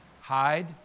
Hide